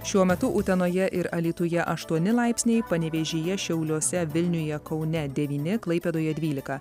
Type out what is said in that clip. šiuo metu utenoje ir alytuje aštuoni laipsniai panevėžyje šiauliuose vilniuje kaune devyni klaipėdoje dvylika